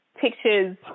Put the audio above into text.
pictures